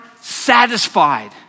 satisfied